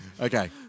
Okay